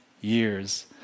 years